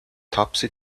topsy